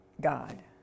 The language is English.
God